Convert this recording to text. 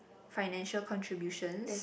financial contribution